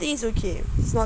think it's okay it's not that